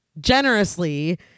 generously